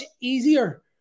easier